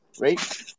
right